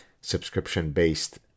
subscription-based